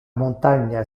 montagna